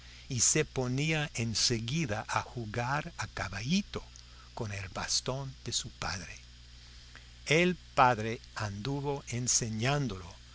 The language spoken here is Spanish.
y se ponía enseguida a jugar a caballito con el bastón de su padre el padre anduvo enseñándolo